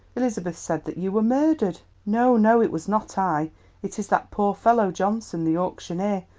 elizabeth said that you were murdered. no, no. it was not i it is that poor fellow johnson, the auctioneer.